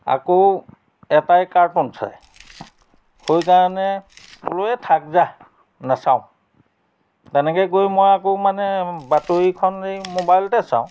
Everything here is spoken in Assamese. আকৌ এটাই কাৰ্টুন চাই সেইকাৰণে ক'লোঁ এই থাক যা নাচাওঁ তেনেকৈ গৈ মই আকৌ মানে বাতৰিখন এই মোবাইলতে চাওঁ